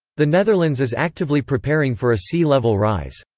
the netherlands is actively preparing for a sea level rise.